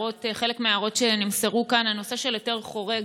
חלק מההערות שנמסרו כאן: הנושא של היתר חורג,